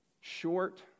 short